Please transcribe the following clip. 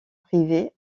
privé